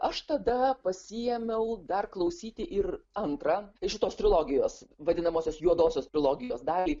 aš tada pasiėmiau dar klausyti ir antrą šitos trilogijos vadinamosios juodosios trilogijos dalį